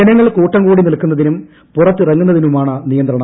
ജനങ്ങൾ കൂട്ടം കൂടി നിൽക്കുന്നതിനും പുറത്തിറങ്ങുന്നതിനുമാണ് നിയന്ത്രണം